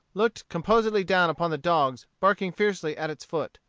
looked composedly down upon the dogs barking fiercely at its foot.